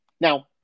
Now